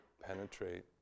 penetrate